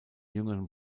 jüngeren